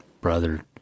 brother